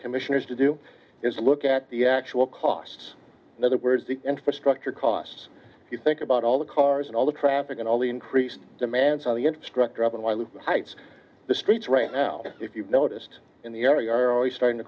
commissioners to do is look at the actual costs in other words the infrastructure costs if you think about all the cars and all the traffic and all the increased demands on the instructor of unwisely heights the streets right now if you've noticed in the area are starting to